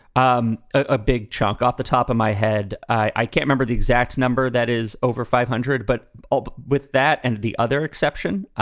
um a big chunk off the top of my head. i can't remember the exact number that is over five hundred. but ah with that and the other exception,